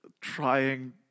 trying